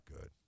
good